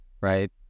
right